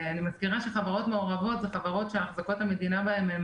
אני מזכירה שחברות מעורבות אלה חברות שאחזקות המדינה בהן הן